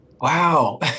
Wow